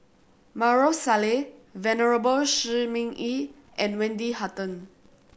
Maarof Salleh Venerable Shi Ming Yi and Wendy Hutton